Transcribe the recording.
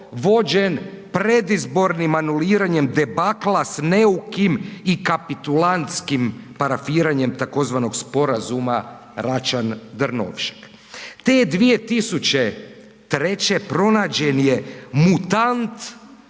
vođen predizbornim anuliranjem debakla s neukim i kapitulantskim parafiranjem tzv. sporazuma Račan-Drnovšek. Te 2003. pronađen je mutant